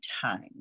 time